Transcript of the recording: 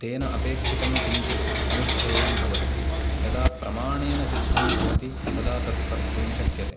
तेन अपेक्षितं किञ्चित् अनुष्ठेयं भवति यदा प्रमाणेन सिद्धं भवति तदा तत्कर्तुं शक्यते